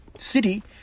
City